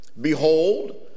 Behold